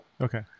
Okay